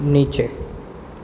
નીચે